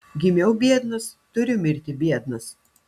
gimiau biednas turiu mirti biednas